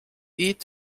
eat